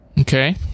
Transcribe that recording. Okay